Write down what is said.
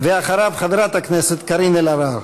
אחריו, חברת הכנסת קארין אלהרר.